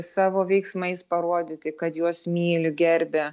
savo veiksmais parodyti kad juos myli gerbia